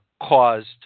caused